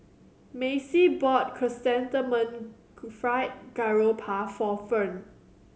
Macy bought Chrysanthemum Fried Garoupa for Ferne